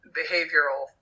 behavioral